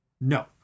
No